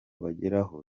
bageraho